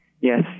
Yes